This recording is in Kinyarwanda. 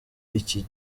iki